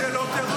זה לא טרור.